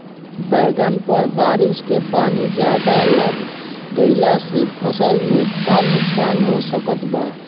बैंगन पर बारिश के पानी ज्यादा लग गईला से फसल में का नुकसान हो सकत बा?